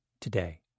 today